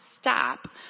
stop